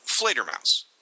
Flatermouse